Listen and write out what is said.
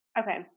Okay